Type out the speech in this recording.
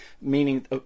meaning